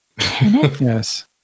Yes